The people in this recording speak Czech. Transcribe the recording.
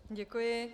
Děkuji.